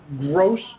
gross